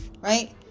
right